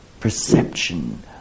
Perception